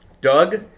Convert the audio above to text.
Doug